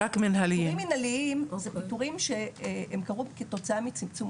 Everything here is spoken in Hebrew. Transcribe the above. פיטורים מנהליים זה פיטורים שהם קרו כתוצאה מצמצום,